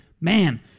man